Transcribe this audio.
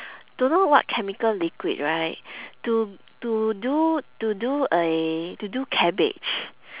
don't know what chemical liquid right to to do to do a to do cabbage